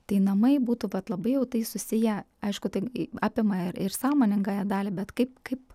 tai namai būtų vat labai jau tai susiję aišku tai apima ir ir sąmoningąją dalį bet kaip kaip